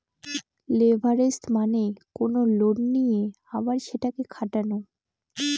leverage মানে কোনো loan নিয়ে আবার সেটাকে খাটানো